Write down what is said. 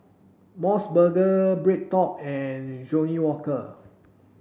MOS burger BreadTalk and Johnnie Walker